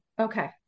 Okay